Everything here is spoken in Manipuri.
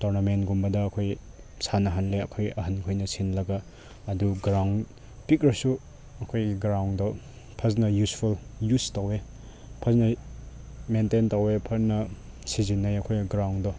ꯇꯣꯔꯅꯥꯃꯦꯟꯒꯨꯝꯕꯗ ꯑꯩꯈꯣꯏ ꯁꯥꯟꯅꯍꯜꯂꯦ ꯑꯩꯈꯣꯏ ꯑꯍꯟꯈꯣꯏꯅ ꯁꯤꯜꯂꯒ ꯑꯗꯨ ꯒ꯭ꯔꯥꯎꯟ ꯄꯤꯛꯂꯁꯨ ꯑꯩꯈꯣꯏꯒꯤ ꯒ꯭ꯔꯥꯎꯟꯗꯣ ꯐꯖꯅ ꯏꯌꯨꯁꯐꯨꯜ ꯏꯌꯨꯁ ꯇꯧꯋꯦ ꯐꯖꯅ ꯃꯦꯟꯇꯦꯟ ꯇꯧꯋꯦ ꯐꯖꯅ ꯁꯤꯖꯤꯟꯅꯩꯌꯦ ꯑꯩꯈꯣꯏꯅ ꯒ꯭ꯔꯥꯎꯟꯗꯣ